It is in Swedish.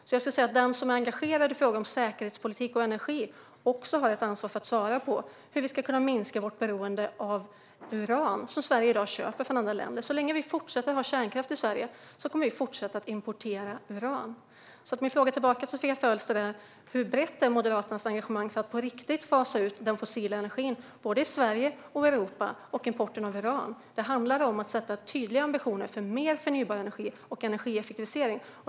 Jag skulle säga att den som är engagerad i fråga om säkerhetspolitik och energi också har ansvar för att svara på hur vi ska kunna minska vårt beroende av uran, som Sverige i dag köper från andra länder. Så länge vi fortsätter att ha kärnkraft i Sverige kommer vi att fortsätta importera uran. Min fråga tillbaka till Sofia Fölster är: Hur brett är Moderaternas engagemang för att på riktigt fasa ut såväl den fossila energin i Sverige och Europa som importen av uran? Det handlar om att sätta upp tydliga ambitioner om mer förnybar energi och energieffektivisering.